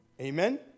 Amen